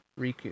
Riku